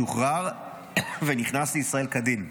שוחרר ונכנס לישראל כדין.